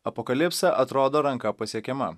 apokalipsė atrodo ranka pasiekiama